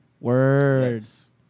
Words